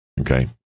Okay